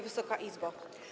Wysoka Izbo!